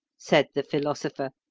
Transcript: said the philosopher,